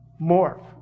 morph